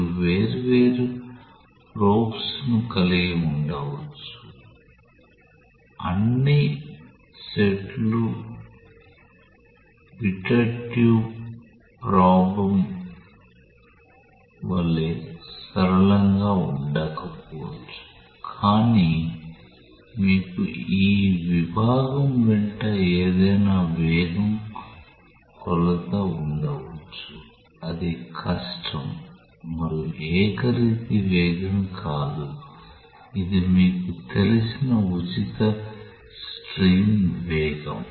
మీరు వేర్వేరు ప్రోబ్స్ను కలిగి ఉండవచ్చు అన్ని సెట్లు పిటోట్ ట్యూబ్ ప్రోబ్ వలె సరళంగా ఉండకపోవచ్చు కానీ మీకు ఈ విభాగం వెంట ఏదైనా వేగం కొలత ఉండవచ్చు అది కష్టం మరియు ఏకరీతి వేగం కాదు ఇది మీకు తెలిసిన ఉచిత స్ట్రీమ్ వేగం